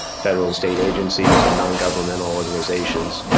federal state agencies, and non-governmental organizations.